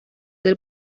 del